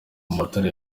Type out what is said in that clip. matara